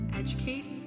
educate